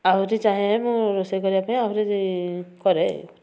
ଆଉ ଯଦି ଚାହେଁ ମୁଁ ରୋଷେଇ କରିବା ପାଇଁ ଆହୁରି କରେ